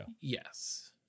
Yes